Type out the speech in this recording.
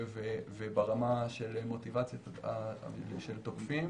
וברמה של מוטיבציה של תוקפים.